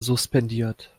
suspendiert